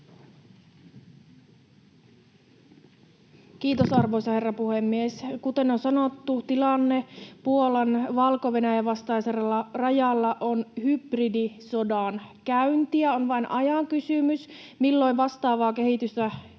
Kiitos, arvoisa herra puhemies! Kuten on sanottu, tilanne Puolan Valko-Venäjän vastaisella rajalla on hybridisodankäyntiä. On vain ajan kysymys, milloin vastaavaa kehitystä